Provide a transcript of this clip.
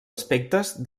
aspectes